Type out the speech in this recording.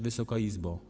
Wysoka Izbo!